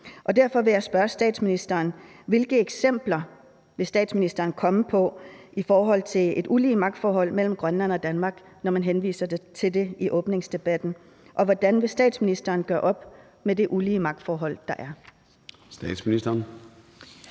Derfor vil jeg spørge statsministeren: Hvilke eksempler kan statsministeren komme med på et ulige magtforhold mellem Grønland og Danmark, når statsministeren henviser til det i åbningsdebatten? Og hvordan vil statsministeren gøre op med det ulige magtforhold, der er?